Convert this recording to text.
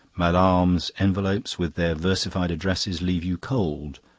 mallarme's envelopes with their versified addresses leave you cold,